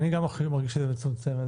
גם אני מרגיש שזה מאוד מצמצם.